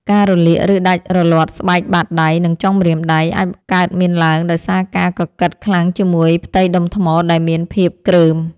ការរលាក ឬដាច់រលាត់ស្បែកបាតដៃ និងចុងម្រាមដៃ អាចកើតមានឡើងដោយសារការកកិតខ្លាំងជាមួយផ្ទៃដុំថ្មដែលមានភាពគ្រើម។